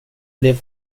blev